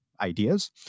ideas